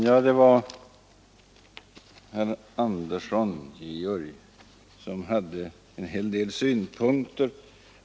Herr talman! Herr Andersson i Lycksele hade en hel del synpunkter.